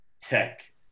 Tech